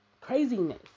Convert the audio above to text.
craziness